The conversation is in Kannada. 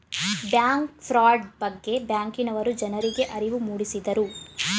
ಬ್ಯಾಂಕ್ ಫ್ರಾಡ್ ಬಗ್ಗೆ ಬ್ಯಾಂಕಿನವರು ಜನರಿಗೆ ಅರಿವು ಮೂಡಿಸಿದರು